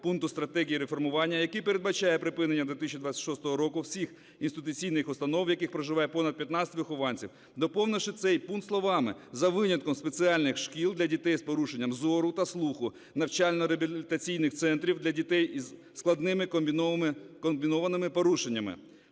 пункту стратегії реформування, який передбачає припинення 2026 року всіх інституційних установ, в яких проживає понад 15 вихованців, доповнивши цей пункт словами: "За винятком спеціальних шкіл для дітей з порушенням зору та слуху, навчально-реабілітаційних центрів для дітей із складними комбінованими порушеннями".